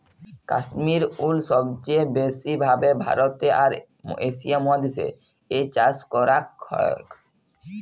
কাশ্মির উল সবচে ব্যাসি ভাবে ভারতে আর এশিয়া মহাদেশ এ চাষ করাক হয়ক